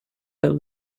but